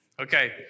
Okay